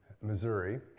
Missouri